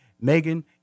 Megan